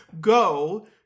go